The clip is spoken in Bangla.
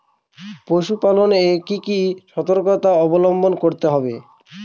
পশুপালন এ কি কি সর্তকতা অবলম্বন করতে হবে?